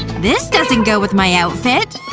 this doesn't go with my outfit!